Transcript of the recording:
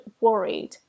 worried